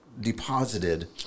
deposited